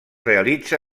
realitza